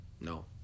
No